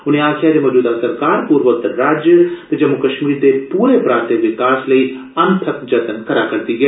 उनें आक्खेआ जे मौजूदा सरकार पूर्वोतर राज्य ते जम्मू कश्मीर दे पूरे पराते विकास लेई अनथक जनत करारदी ऐ